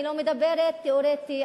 אני לא מדברת תיאורטית,